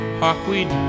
hawkweed